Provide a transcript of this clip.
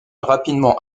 rapidement